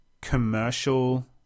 commercial